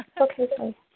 Okay